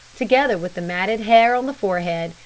together with the matted hair on the forehead,